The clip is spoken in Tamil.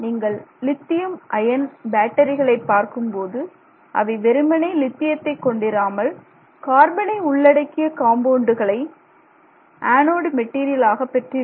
நீங்கள் லித்தியம் அயன் பேட்டரிகளை பார்க்கும்போது அவை வெறுமனே லித்தியத்தை கொண்டிராமல் கார்பனை உள்ளடக்கிய காம்பவுண்டுகளை ஆணோடு மெட்டீரியல் ஆக பெற்றிருக்கும்